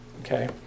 Okay